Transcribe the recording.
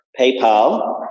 PayPal